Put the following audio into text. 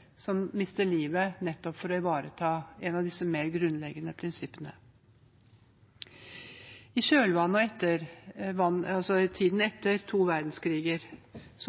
for å ivareta et av disse mer grunnleggende prinsippene. I kjølvannet av og i tiden etter to verdenskriger